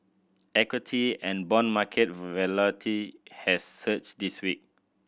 equity and bond market has surged this week